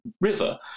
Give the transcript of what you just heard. River